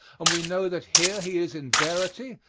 and we know that here he is in verity,